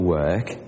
work